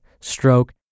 stroke